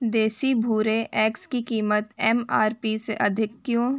देसी भूरे एग्स की कीमत एम आर पी से अधिक क्यों